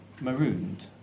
marooned